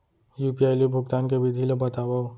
UPI ले भुगतान के विधि ला बतावव